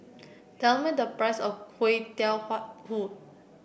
tell me the price of Kui Tiao Hhuat Kuih